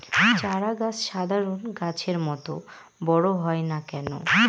চারা গাছ সাধারণ গাছের মত বড় হয় না কেনো?